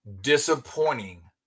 disappointing